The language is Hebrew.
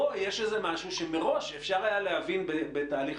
פה יש משהו שמראש אפשר היה להבין בתהליך